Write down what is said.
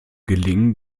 gelingen